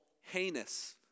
heinous